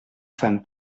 femme